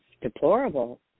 deplorable